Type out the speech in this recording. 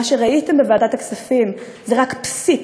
מה שראיתם בוועדת הכספים זה רק פסיק